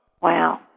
Wow